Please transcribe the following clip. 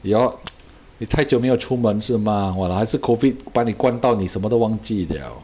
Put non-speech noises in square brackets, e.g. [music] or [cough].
you all [noise] 你太久没有出门是 mah !walao! 还是 COVID 把你关到你什么都忘记 liao